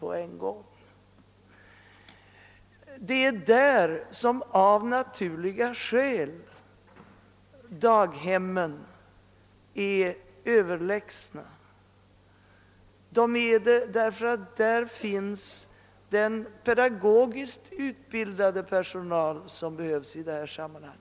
Därvidlag är av naturliga skäl daghemmen överlägsna eftersom det där finns den pedagogiskt utbildade personal som behövs i detta sammanhang.